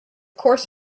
course